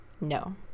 no